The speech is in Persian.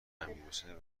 امیرحسین